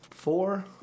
Four